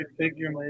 figure